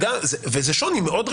וזה שוני מאוד,